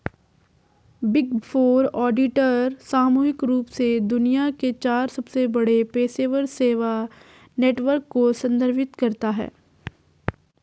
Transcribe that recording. big four auditor सामूहिक रूप से दुनिया के चार सबसे बड़े पेशेवर सेवा नेटवर्क को संदर्भित करता है